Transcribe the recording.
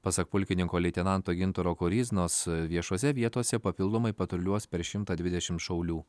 pasak pulkininko leitenanto gintaro koryznos viešose vietose papildomai patruliuos per šimtą dvidešim šaulių